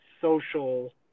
social